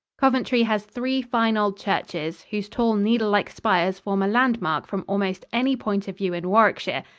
coventry has three fine old churches, whose tall needlelike spires form a landmark from almost any point of view in warwickshire,